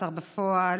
השר בפועל,